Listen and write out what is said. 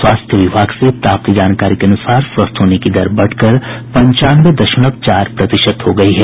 स्वास्थ्य विभाग से प्राप्त जानकारी के अनुसार स्वस्थ होने की दर बढ़कर पंचानवे दशमलव चार प्रतिशत हो गयी है